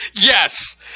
Yes